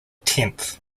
tenth